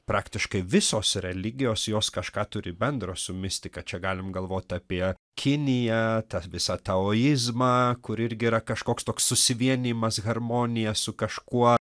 praktiškai visos religijos jos kažką turi bendro su mistika čia galim galvot apie kiniją tą visą taoizmą kur irgi yra kažkoks toks susivienijimas harmonija su kažkuo